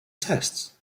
tests